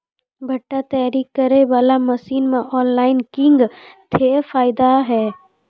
भुट्टा तैयारी करें बाला मसीन मे ऑनलाइन किंग थे फायदा हे?